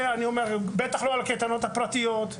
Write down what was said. בטח לא על הקייטנות הפרטיות.